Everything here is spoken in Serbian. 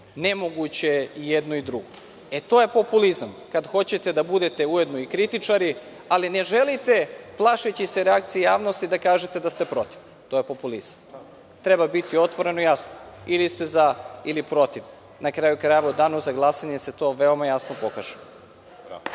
Nemoguće je i jedno i drugo. To je populizam kada hoćete da budete ujedno i kritičari, ali ne želite plašeći se reakcije javnosti da kažete da ste protiv. To je populizam. Treba biti otvoren i jasan. Ili ste za ili ste protiv. Na kraju krajeva, u danu za glasanje će se to veoma jasno pokaže.